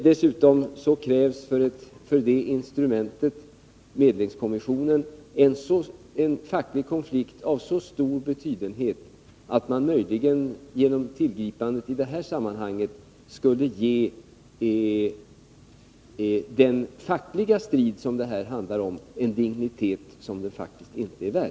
Dessutom krävs för instrumentet medlingskommission en facklig konflikt av så stor betydenhet att man möjligen genom tillgripandet av det i det här sammanhanget skulle ge den fackliga strid det här handlar om en dignitet som den faktiskt inte har.